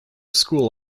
school